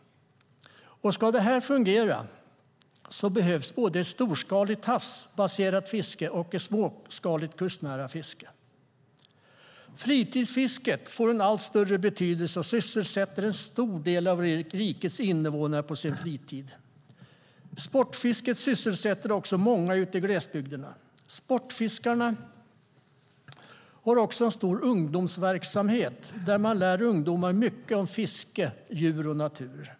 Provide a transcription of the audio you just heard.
Ska det fungera behövs både storskaligt havsbaserat fiske och ett småskaligt kustnära fiske. Fritidsfisket får allt större betydelse och sysselsätter en stor del av rikets invånare på deras fritid. Sportfisket sysselsätter många ute i glesbygderna. Sportfiskarna har dessutom en stor ungdomsverksamhet där man lär ungdomar mycket om fiske, djur och natur.